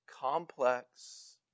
complex